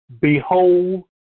Behold